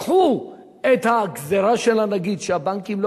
קחו את הגזירה של הנגיד שהבנקים לא